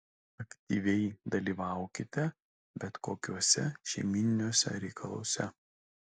aktyviai dalyvaukite bet kokiuose šeimyniniuose reikaluose